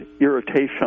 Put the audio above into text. Irritation